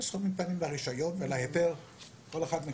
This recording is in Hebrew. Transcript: יש סכומים